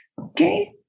Okay